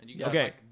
Okay